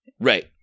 right